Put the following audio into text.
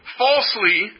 falsely